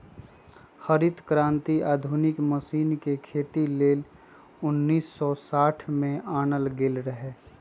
हरित क्रांति आधुनिक मशीन से खेती लेल उन्नीस सौ साठ में आनल गेल रहै